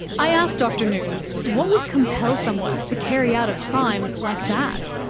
i asked dr noon, what would compel someone to carry out a crime like that?